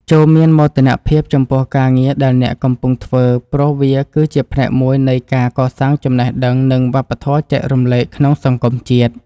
ចូរមានមោទនភាពចំពោះការងារដែលអ្នកកំពុងធ្វើព្រោះវាគឺជាផ្នែកមួយនៃការកសាងចំណេះដឹង និងវប្បធម៌ចែករំលែកក្នុងសង្គមជាតិ។